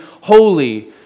holy